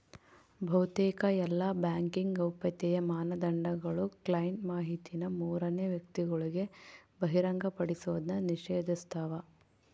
ಬಹುತೇಕ ಎಲ್ಲಾ ಬ್ಯಾಂಕಿಂಗ್ ಗೌಪ್ಯತೆಯ ಮಾನದಂಡಗುಳು ಕ್ಲೈಂಟ್ ಮಾಹಿತಿನ ಮೂರನೇ ವ್ಯಕ್ತಿಗುಳಿಗೆ ಬಹಿರಂಗಪಡಿಸೋದ್ನ ನಿಷೇಧಿಸ್ತವ